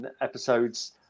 episodes